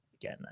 again